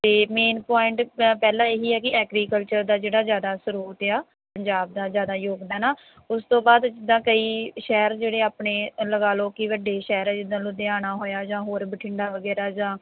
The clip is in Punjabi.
ਅਤੇ ਮੇਨ ਪੁਆਇੰਟ ਪ ਪਹਿਲਾਂ ਇਹੀ ਹੈ ਕਿ ਐਗਰੀਕਲਚਰ ਦਾ ਜਿਹੜਾ ਜ਼ਿਆਦਾ ਸਰੋਤ ਆ ਪੰਜਾਬ ਦਾ ਜ਼ਿਆਦਾ ਯੋਗਦਾਨ ਆ ਉਸ ਤੋਂ ਬਾਅਦ ਜਿੱਦਾਂ ਕਈ ਸ਼ਹਿਰ ਜਿਹੜੇ ਆਪਣੇ ਲਗਾ ਲਓ ਕਿ ਵੱਡੇ ਸ਼ਹਿਰ ਜਿੱਦਾਂ ਲੁਧਿਆਣਾ ਹੋਇਆ ਜਾਂ ਹੋਰ ਬਠਿੰਡਾ ਵਗੈਰਾ ਜਾਂ